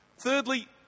Thirdly